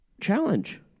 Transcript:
challenge